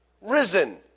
risen